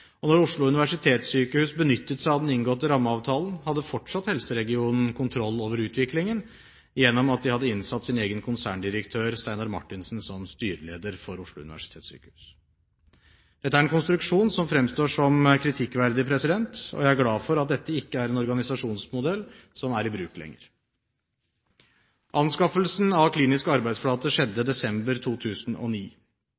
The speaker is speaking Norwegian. og når Oslo universitetssykehus benyttet seg av den inngåtte rammeavtalen, hadde fortsatt helseregionen kontroll over utviklingen, gjennom at de hadde innsatt sin egen konserndirektør, Steinar Marthinsen, som styreleder for Oslo universitetssykehus. Dette er en konstruksjon som fremstår som kritikkverdig, og jeg er glad for at dette er en organisasjonsmodell som ikke er i bruk lenger. Anskaffelsen av Klinisk arbeidsflate skjedde